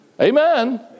Amen